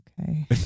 Okay